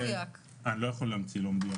אני לא יכול להמציא לא מדויק.